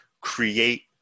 create